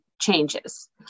changes